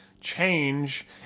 change